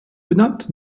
benannt